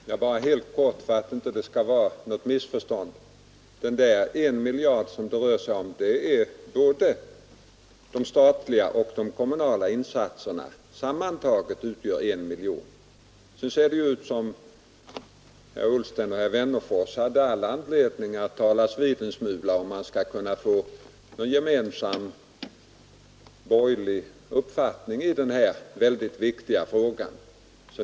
Herr talman! Bara helt kort, för att det inte skall råda något missförstånd. Den miljard som det rör sig om gäller både de statliga och de kommunala insatserna, som sammantagna utgör en miljard. Nu verkar det ju som om herr Ullsten och herr Wennerfors hade all anledning att talas vid en smula — om man skall kunna nå en gemensam borgerlig uppfattning i denna mycket viktiga fråga.